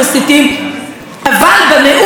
אבל בנאום שלו הוא חוזר,